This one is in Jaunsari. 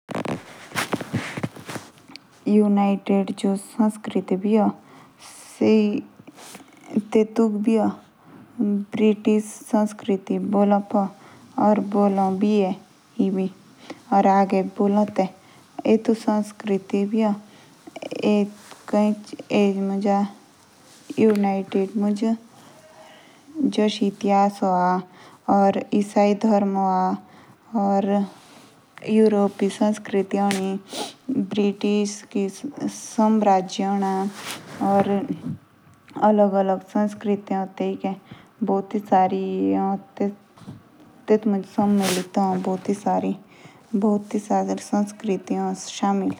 युनाइटेड की जो संस्कृति बी ए। टेटुक ब्रिटिश संस्कृति बी बोलो पोआ। या आगे बी बोलो ते। ईजी संस्कृति बी ए कहि चीज मुझ प्रभावित ए। यूनाइटेड मुज। जेशा इतिहास हुआ।